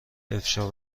افشا